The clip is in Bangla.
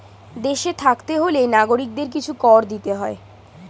দেশে থাকতে হলে নাগরিকদের কিছু কর দিতে হয়